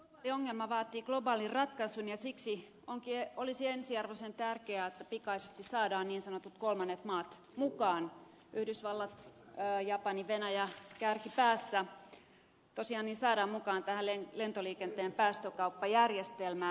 globaali ongelma vaatii globaalin ratkaisun ja siksi olisi ensiarvoisen tärkeää että pikaisesti saadaan niin sanotut kolmannet maat yhdysvallat japani venäjä kärkipäässä tosiaan mukaan tähän lentoliikenteen päästökauppajärjestelmään